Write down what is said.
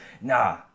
Nah